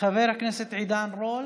חבר הכנסת עידן רול